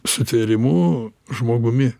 sutvėrimu žmogumi